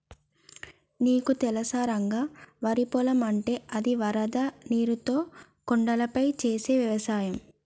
నీకు తెలుసా రంగ వరి పొలం అంటే అది వరద నీరుతో కొండలపై చేసే వ్యవసాయం